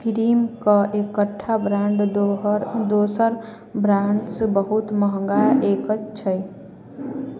क्रीमके एकठा ब्राण्ड दोसर ब्राण्डसँ बहुत महगा किएक छै